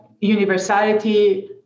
universality